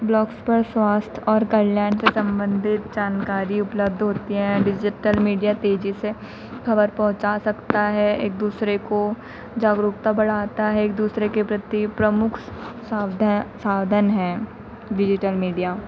blogs पर स्वास्थ्य और कल्याण से सम्बन्धित जानकारी उपलब्ध होती हैं डिज़िटल मीडिया तेज़ी से खबर पहुँचा सकता है एक दूसरे को जागरुकता बढ़ाता है एक दूसरे के प्रति प्रमुख साध साधन हैं डिज़िटल मीडिया